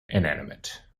inanimate